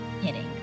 hitting